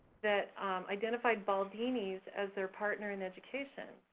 that identified baldini's as their partner in education.